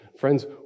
Friends